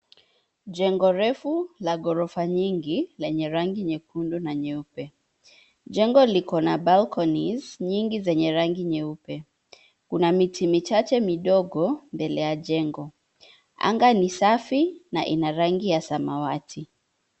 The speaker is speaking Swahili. Jengo refu la ghorofa nyingi lenye rangi nyekundu na nyeupe. Jengo liko na balconies nyingi zenye rangi nyeupe. Kuna miti michache midogo mbele ya jengo. Anga ni safi na ina rangi ya samawati.